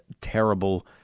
terrible